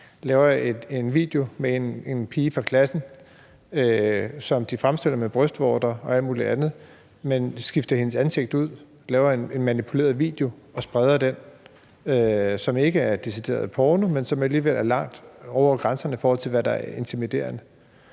laver en video med en pige fra klassen, som de fremstiller med brystvorter og alt muligt andet, men har skiftet hendes ansigt ud, laver en manipuleret video og spreder den, som ikke er decideret porno, men som alligevel er langt over grænsen for, hvad der er intimiderende,